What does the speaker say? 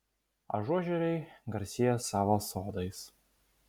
ažuožeriai garsėja savo sodais